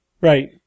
Right